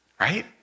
Right